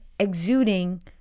exuding